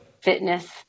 fitness